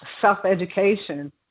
self-education